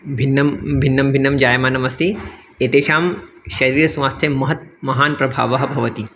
भिन्नं भिन्नं भिन्नं जायमानमस्ति एतेषां शरीरस्वास्थ्यं महत् महान् प्रभावः भवति